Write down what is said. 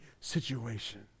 situation